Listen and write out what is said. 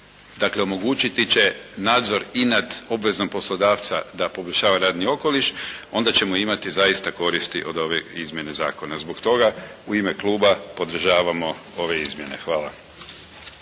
dakle, omogućiti će nadzor i nad obvezom poslodavca da poboljšava radni okoliš, onda ćemo imati zaista koristi od ove izmjene zakona. Zbog toga u ime kluba podržavamo ove izmjene. Hvala.